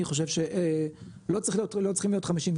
אני חושב שלא צריך להיות לא צריכים להיות 56